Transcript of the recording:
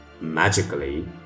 Magically